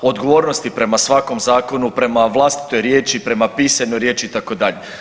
Odgovornosti prema svakom zakonu prema vlastitoj riječi, prema pisanoj riječi itd.